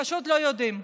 פשוט לא יודעים.